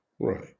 Right